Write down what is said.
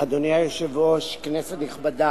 אדוני היושב-ראש, כנסת נכבדה,